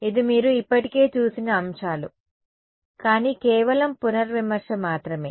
ఇది మీరు ఇప్పటికే చూసిన అంశాలు కానీ కేవలం పునర్విమర్శ మాత్రమే